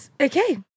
Okay